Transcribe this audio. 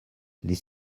les